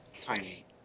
tiny